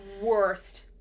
worst